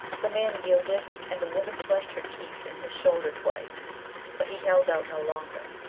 the man yielded, and the woman fleshed her teeth in his shoulder twice but he held out no longer.